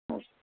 okay